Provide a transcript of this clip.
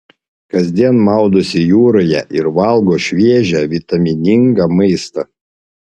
kasdien maudosi jūroje ir valgo šviežią vitaminingą maistą